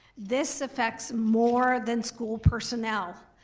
this affects more than school personnel.